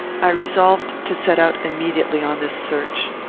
i resolved to set out immediately on this search.